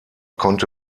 konnte